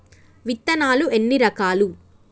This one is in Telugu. విత్తనాలు ఎన్ని రకాలు?